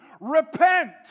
Repent